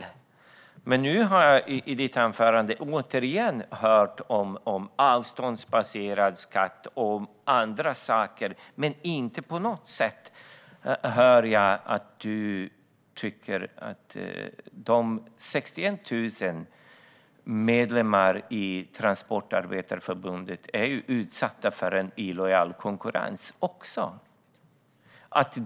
I ditt anförande nu, Anders Åkesson, har jag återigen hört dig tala om avståndsbaserad skatt och andra saker. Men jag hör ingenting om att du tycker att de 61 000 medlemmarna i Transportarbetareförbundet också är utsatta för en illojal konkurrens.